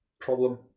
problem